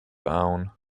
down